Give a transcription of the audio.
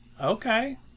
Okay